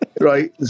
Right